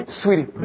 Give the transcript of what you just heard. sweetie